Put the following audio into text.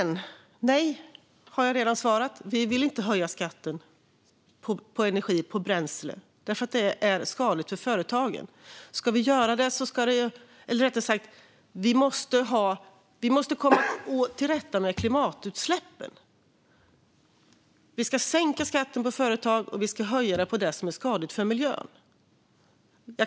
Nej, har jag redan svarat - vi vill inte höja skatten på energi och bränsle, eftersom det är skadligt för företagen. Men vi måste komma till rätta med klimatutsläppen. Vi ska sänka skatten för företag och höja den på det som är skadligt för miljön.